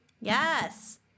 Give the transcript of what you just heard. Yes